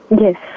Yes